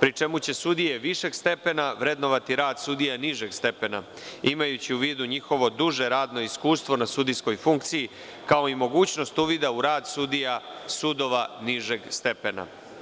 pri čemu će sudije višeg stepena vrednovati rad sudije nižeg stepena, imajući u vidu njihovo duže radno iskustvo na sudijskoj funkciji, kao i mogućnost uvida u rad sudija sudova nižeg stepena.